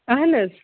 اَہن حظ